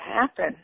happen